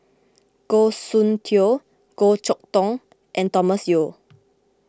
Goh Soon Tioe Goh Chok Tong and Thomas Yeo